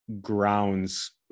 grounds